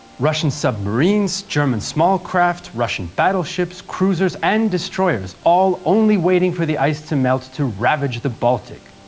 russian submarines, german small craft, russian battleships, cruisers and destroyers all only waiting for the ice to melt to ravage the baltic.